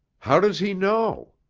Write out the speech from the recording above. how does he know?